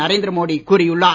நரேந்திர மோடி கூறியுள்ளார்